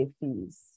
fees